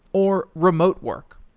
or remote work.